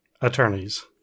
attorneys